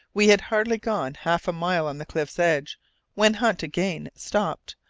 we had hardly gone half a mile on the cliff's edge when hunt again stopped,